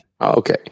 Okay